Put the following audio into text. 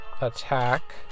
attack